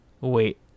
wait